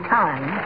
time